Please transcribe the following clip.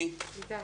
איתי.